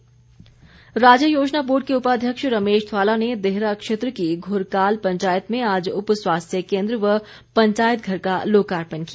रमेश ध्वाला राज्य योजना बोर्ड के उपाध्यक्ष रमेश ध्वाला ने देहरा क्षेत्र की घुरकाल पंचायत में आज उप स्वास्थ्य केंद्र व पंचायत घर का लोकार्पण किया